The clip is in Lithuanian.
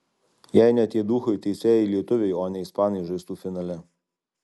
jei ne tie duchai teisėjai lietuviai o ne ispanai žaistų finale